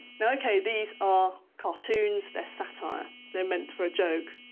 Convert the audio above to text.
now, ok, these are cartoons, they're satire, they're meant for a joke,